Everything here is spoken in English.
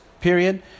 period